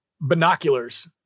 binoculars